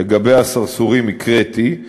לגבי הסרסורים הקראתי,